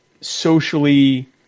socially